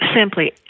Simply